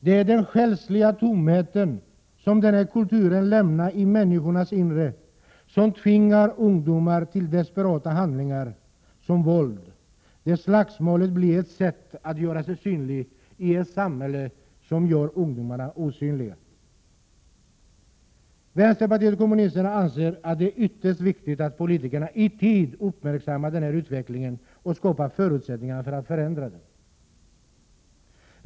Det är den själsliga tomheten som den här kulturen lämnar i människornas inre som tvingar ungdomar till desperata handlingar som våld, där slagsmålet blir ett sätt att göra sig synlig i ett samhälle som gjort ungdomarna osynliga. Vänsterpartiet kommunisterna anser att det är ytterst viktigt att politikerna i tid uppmärksammar denna utveckling och skapar förutsättningar för att förändra den.